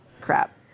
crap